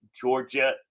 Georgia